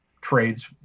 trades